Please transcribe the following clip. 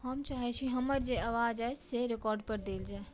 हम चाहे छी हमर जे आवाज़ अछि से रिकॉर्ड पर देल जाय